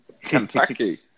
Kentucky